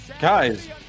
Guys